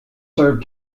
serve